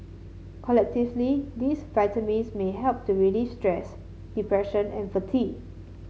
collectively these vitamins may help to release stress depression and fatigue